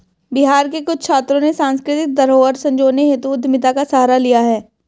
बिहार के कुछ छात्रों ने सांस्कृतिक धरोहर संजोने हेतु उद्यमिता का सहारा लिया है